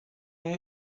now